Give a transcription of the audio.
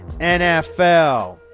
NFL